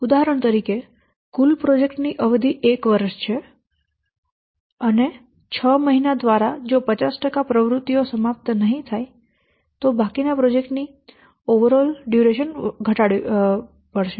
જો ઉદાહરણ તરીકે કુલ પ્રોજેક્ટ ની અવધિ 1 વર્ષ છે અને 6 મહિના દ્વારા જો 50 ટકા પ્રવૃત્તિઓ સમાપ્ત નહીં થાય તો બાકીના પ્રોજેક્ટ ની એકંદર અવધિ ઘટાડવી પડશે